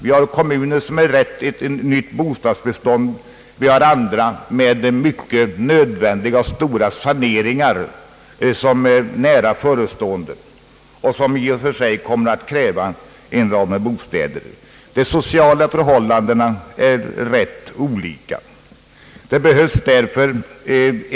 Vi har kommuner med ett rätt nytt bostadsbestånd, men vi har andra som står inför mycket nödvändiga och stora saneringar som är nära förestående och som i och för sig kommer att kräva bostäder av stor omfattning. De sociala förhållandena är också rätt olika.